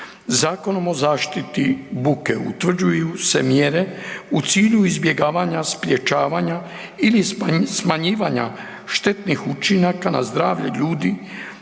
Zakonom o zaštiti buke utvrđuju se mjere u cilju izbjegavanja, sprečavanja ili smanjivanja štetnih učinaka na zdravlje ljudi